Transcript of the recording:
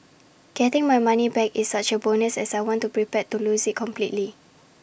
getting my money back is such A bonus as I was prepared to lose IT completely